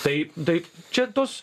taip taip čia tos